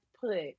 put